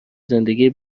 زندگی